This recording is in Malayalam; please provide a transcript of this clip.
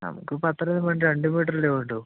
നമുക്ക് ഇപ്പം അത്രേയും വേണ്ട രണ്ട് മീറ്റർ അല്ലെ വേണ്ടൂ